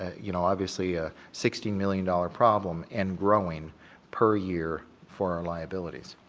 you know, obviously, a sixty million dollar problem and growing per year for our liabilities.